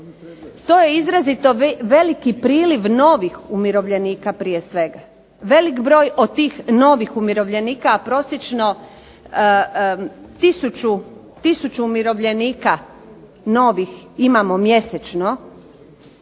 to je izrazito velik priliv novih umirovljenika prije svega. Velik broj od tih novih umirovljenika, prosječno tisuću umirovljenika novih imamo mjesečno,